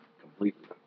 Completely